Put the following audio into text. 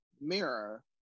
mirror